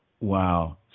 Wow